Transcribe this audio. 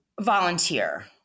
volunteer